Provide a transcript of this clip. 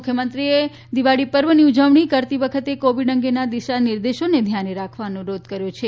મુખ્યમંત્રીએ દિવાળી પર્વની ઉજવણી કરતી વખતે કોવિડ અંગેના દિશા નિર્દેશોને ધ્યાને રાખવા અનુરોધ કર્યો છે